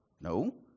No